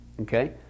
Okay